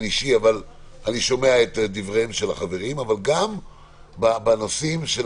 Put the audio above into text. אישי אבל אני שומע את דבריהם של החברים אבל גם בנושאים של